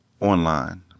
Online